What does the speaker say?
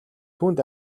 түүнд